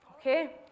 okay